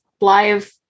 live